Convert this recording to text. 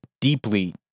deeply